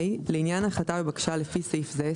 (ה)לעניין החלטה בבקשה לפי סעיף זה,